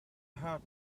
hard